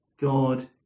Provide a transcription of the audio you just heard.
God